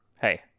hey